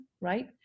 right